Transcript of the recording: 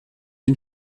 den